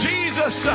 Jesus